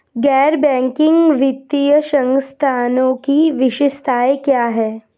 गैर बैंकिंग वित्तीय संस्थानों की विशेषताएं क्या हैं?